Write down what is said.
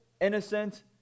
innocent